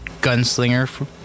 Gunslinger